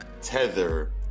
tether